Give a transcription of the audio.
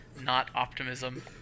not-optimism